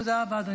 תודה.